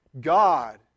God